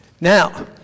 Now